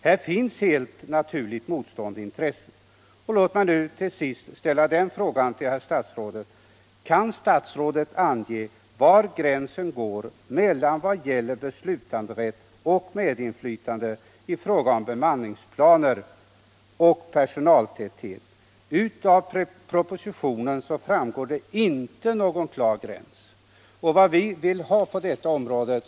Här finns helt naturligt motstående intressen. Låt mig till sist ställa ännu en fråga till statsrådet Feldt: Kan statsrådet ange var gränsen går mellan beslutanderätt och medinflytande i fråga om bemanningsplaner och personaltäthet? I propositionen framgår inte någon tydlig gräns.